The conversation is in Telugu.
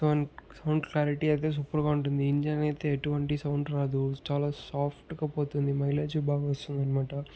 సౌండ్ సౌండ్ క్లారిటీ అయితే సూపర్ గా ఉంటుంది ఇంజిన్ అయితే ఎటువంటి సౌండ్ రాదు చాలా సాఫ్ట్ గా పోతుంది మైలేజు బాగా వస్తుంది అనమాట